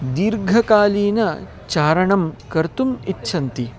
दीर्घकालीनं चारणं कर्तुम् इच्छन्ति